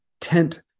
tent